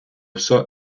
все